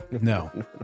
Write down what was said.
No